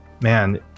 Man